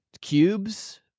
cubes